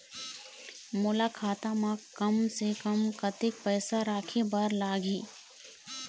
मोला खाता म कम से कम कतेक पैसा रखे बर लगही?